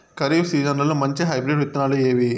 ఖరీఫ్ సీజన్లలో మంచి హైబ్రిడ్ విత్తనాలు ఏవి